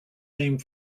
name